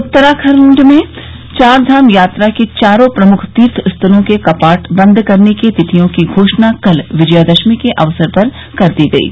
उत्तराखंड में चार धाम यात्रा के चारों प्रमुख तीर्थस्थलों के कपाट बन्द करने की तिथियों की घोषणा कल विजयदशमी के अवसर पर कर दी गयी